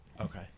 Okay